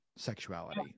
sexuality